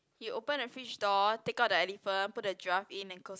you open the fridge door take out the elephant put the giraffe in then close